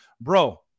bro